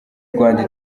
rwanda